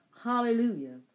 Hallelujah